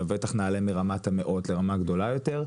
לבטח נעלה מרמת המאות לרמה גדולה יותר.